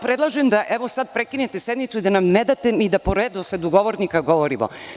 Predlažem vam da evo sada prekinete sednicu i da nam ne date ni da po redosledu govornika govorimo.